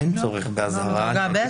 אין צורך באזהרה מראש.